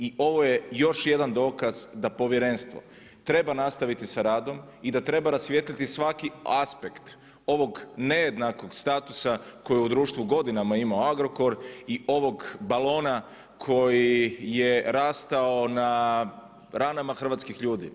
I ovo je još jedna dokaz da Povjerenstvo treba nastaviti sa radom i da treba rasvijetliti svaki aspekt ovog nejednakog statusa koje je u društvu godinama imao Agrokor i ovog balona koji je rastao na ranama hrvatskih ljudi.